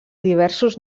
diversos